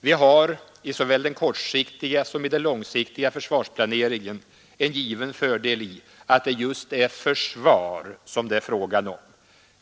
Vi har i såväl den kortsiktiga som den långsiktiga försvarsplaneringen en given fördel i att det just är försvar som det är fråga om.